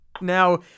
Now